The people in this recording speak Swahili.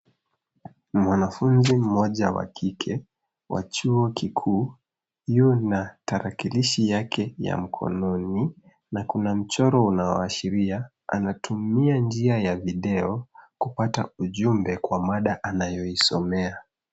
Mwanafunzi mmoja wa kike wa chuo kikuu, yuna tarakilishi yake ya mkononi na kuna mchoro unaoashiria anatumia njia ya video kupata ujumbe kwa mada anayoisomea.